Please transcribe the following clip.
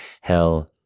Hell